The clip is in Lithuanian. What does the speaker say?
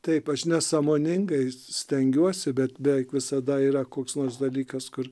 taip aš nesąmoningai stengiuosi bet beveik visada yra koks nors dalykas kur